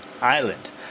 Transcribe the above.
Island